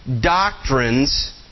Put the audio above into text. doctrines